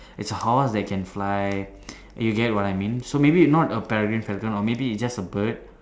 it's a horse that can fly you get what I mean so maybe not a peregrine falcon or maybe it's just a bird